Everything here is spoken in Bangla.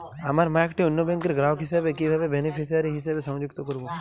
আমার মা একটি অন্য ব্যাংকের গ্রাহক হিসেবে কীভাবে বেনিফিসিয়ারি হিসেবে সংযুক্ত করব?